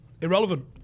Irrelevant